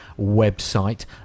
website